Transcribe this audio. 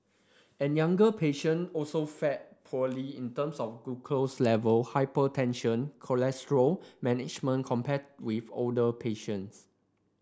and younger patient also fared poorly in terms of glucose level hypertension cholesterol management compared with older patients